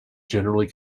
generally